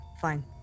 Fine